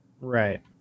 Right